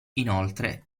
inoltre